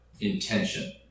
intention